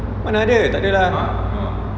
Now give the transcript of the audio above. mana ada tak ada lah